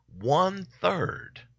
one-third